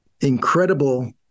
incredible